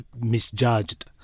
misjudged